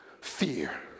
Fear